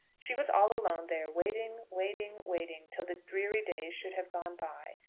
she was all alone there, waiting, waiting, waiting, till the dreary days should have gone by.